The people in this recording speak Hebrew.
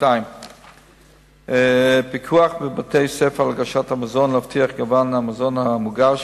2. פיקוח בבתי-ספר על הגשת המזון כדי להבטיח את גיוון המזון המוגש,